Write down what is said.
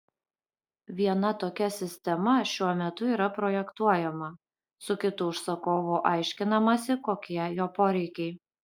viena tokia sistema šiuo metu yra projektuojama su kitu užsakovu aiškinamasi kokie jo poreikiai